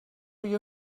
you